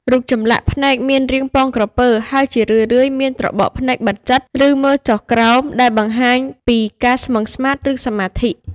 រូបចម្លាក់ភ្នែកមានរាង ពងក្រពើ ហើយជារឿយៗមានត្របកភ្នែកបិទជិត ឬមើលចុះក្រោម ដែលបង្ហាញពីការស្មឹងស្មាត ឬសមាធិ។